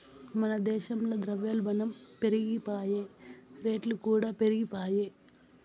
మన దేశంల ద్రవ్యోల్బనం పెరిగిపాయె, రేట్లుకూడా పెరిగిపాయె